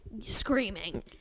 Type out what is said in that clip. screaming